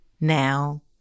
now